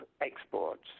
exports